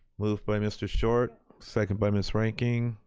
moved by mr. short, second by miss reinking.